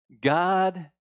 God